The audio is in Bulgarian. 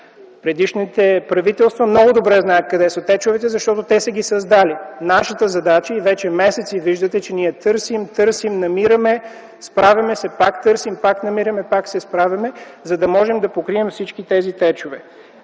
Предишните правителства много добре знаят къде са течовете, защото те са ги създали. Нашата задача и вече месеци виждате, че ние търсим, търсим, намираме, справяме се, пак търсим и пак намираме, пак се справяме, за да можем да покрием всичките тези течове.